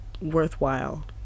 worthwhile